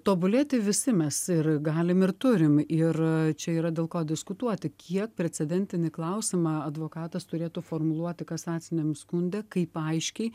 tobulėti visi mes ir galim ir turim ir čia yra dėl ko diskutuoti kiek precedentinį klausimą advokatas turėtų formuluoti kasaciniam skunde kaip aiškiai